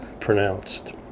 pronounced